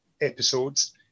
episodes